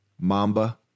Mamba